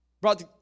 Brought